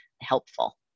helpful